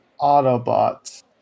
Autobots